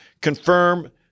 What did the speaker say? confirm